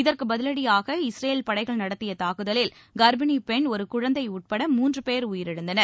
இதற்கு பதிலடியாக இஸ்ரேல் படைகள் நடத்திய தாக்குதலில் கர்ப்பிணி பெண் ஒரு குழந்தை உட்பட மூன்று பேர் உயிரிழந்தனர்